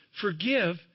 forgive